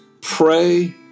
pray